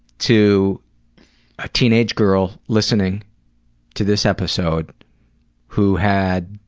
to a teenage girl listening to this episode who had,